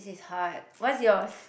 this is hard what's yours